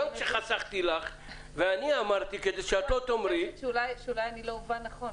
אני חוששת שאולי לא אובן נכון,